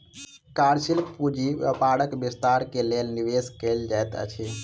कार्यशील पूंजी व्यापारक विस्तार के लेल निवेश कयल जाइत अछि